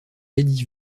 lady